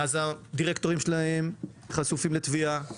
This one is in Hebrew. שהדירקטורים שלהם חשופים לתביעות.